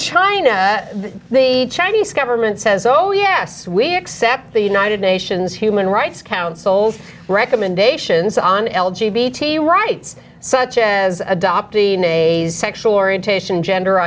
china the chinese government says oh yes we accept the united nations human rights council's recommendations on l g b t rights such as adoptee nay sexual orientation gender